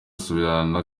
asubirana